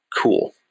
cool